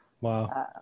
wow